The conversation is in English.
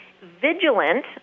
vigilant